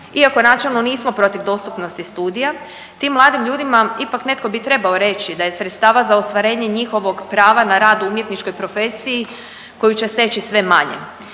iako načelno nismo protiv dostupnosti studija tim mladim ljudima ipak netko bi trebao reći da je sredstva za ostvarenje njihovog prava na rad u umjetničkoj profesiji koju će steći sve manje.